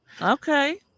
Okay